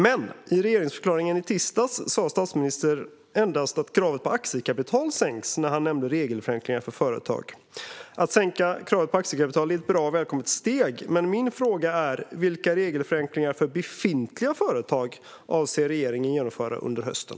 Men i regeringsförklaringen i tisdags sa statsministern endast att kravet på aktiekapital sänks när han nämnde regelförenklingar för företag. Att sänka kravet på aktiekapital är ett bra och välkommet steg, men min fråga är: Vilka regelförenklingar för befintliga företag avser regeringen att genomföra under hösten?